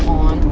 on